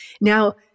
Now